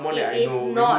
it is not